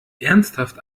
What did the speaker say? ernsthaft